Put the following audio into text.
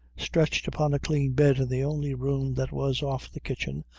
stretched upon a clean bed in the only room that was off the kitchen,